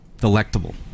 Delectable